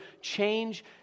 change